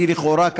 היא לכאורה,